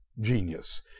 genius